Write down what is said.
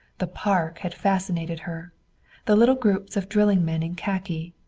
the park had fascinated her the little groups of drilling men in khaki,